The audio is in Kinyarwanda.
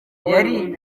yari